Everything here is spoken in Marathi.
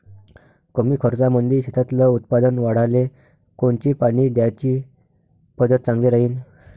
कमी खर्चामंदी शेतातलं उत्पादन वाढाले कोनची पानी द्याची पद्धत चांगली राहीन?